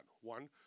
One